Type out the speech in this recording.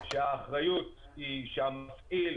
שהאחריות היא שהמפעיל,